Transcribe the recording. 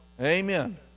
amen